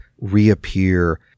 reappear